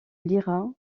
lyra